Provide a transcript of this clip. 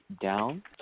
down